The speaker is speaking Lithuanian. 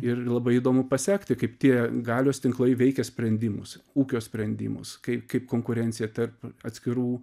ir labai įdomu pasekti kaip tie galios tinklai veikia sprendimus ūkio sprendimus kaip kaip konkurencija tarp atskirų